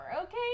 okay